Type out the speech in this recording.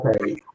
okay